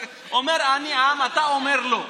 ואומר "אני עם", ואתה אומר: לא.